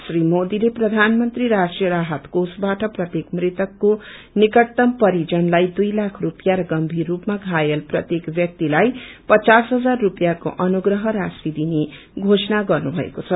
श्री मोदीले प्रधानमन्त्री राष्ट्रीय राहत कोषबाट प्रत्येक मृतकको निकटतम परिजनलाई दुई लाख रूपियाँ र गम्भीर रूपमा घायल प्रत्येक ब्यक्तिलाई पचास हजार स्पियाँको अनुप्रह राशि दनि घोषणा गर्नुभएको छ